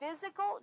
physical